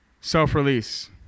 self-release